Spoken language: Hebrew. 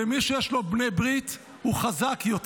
ומי שיש לו בני ברית הוא חזק יותר,